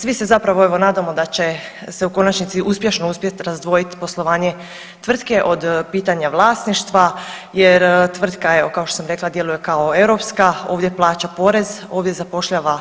Svi se zapravo evo nadamo da će se u konačnici uspješno uspjeti razdvojit poslovanje tvrtke od pitanja vlasništva jer tvrtka eko kao što sam rekla djeluje kao europska ovdje plaća porez, ovdje zapošljava